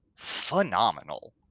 phenomenal